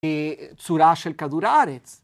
‫צורה של כדור הארץ.